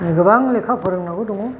गोबां लेखा फोरोंनांगौ दङ